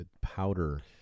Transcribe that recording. powder